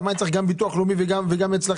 למה אני צריך גם אצל הביטוח הלאומי וגם אצלכם?